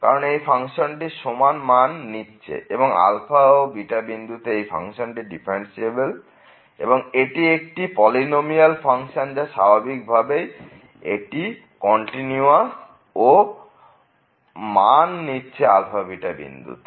কারণ এখন ফাংশনটি সমান মান নিচ্ছে ও বিন্দুতে এবং ফাংশনটি ডিফারেন্সিএবেল এবং এটি একটি পলিনোমিয়াল ফাংশন এবং স্বাভাবিক ভাবেই এটি কন্টিনিউয়াস এবং সমান নিচ্ছে ও বিন্দুতে